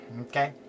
Okay